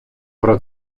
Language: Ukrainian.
про